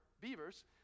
beavers